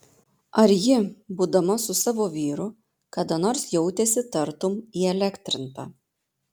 ar ji būdama su savo vyru kada nors jautėsi tartum įelektrinta